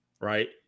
right